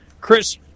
Chris